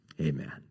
amen